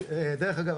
דרך אגב,